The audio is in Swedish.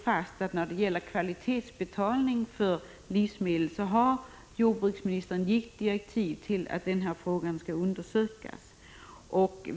Vad beträffar kvalitetsbetalning för livsmedel har jordbruksministern givit direktiv om att den frågan skall undersökas.